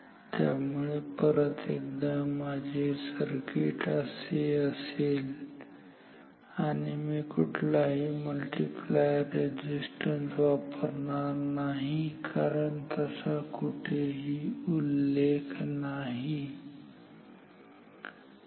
त्यामुळे परत एकदा माझे सर्किट असे असेल आणि मी कुठलाही मल्टिप्लायर रेझिस्टन्स वापरणार नाही कारण तसा कुठेही उल्लेख नाही ठीक आहे